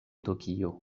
tokio